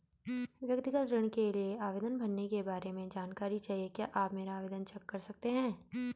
व्यक्तिगत ऋण के लिए आवेदन भरने के बारे में जानकारी चाहिए क्या आप मेरा आवेदन चेक कर सकते हैं?